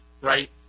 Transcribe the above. Right